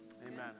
Amen